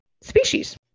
species